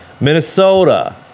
Minnesota